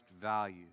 value